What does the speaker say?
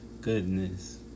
Goodness